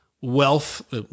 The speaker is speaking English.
wealth